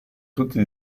tutti